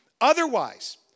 Otherwise